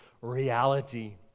reality